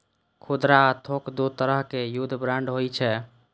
खुदरा आ थोक दू तरहक युद्ध बांड होइ छै